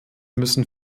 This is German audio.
müssen